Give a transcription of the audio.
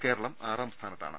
കേരളം ആറാം സ്ഥാനത്താണ്